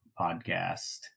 Podcast